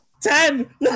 Ten